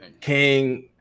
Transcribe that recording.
King